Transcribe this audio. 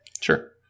Sure